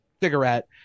cigarette